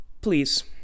Please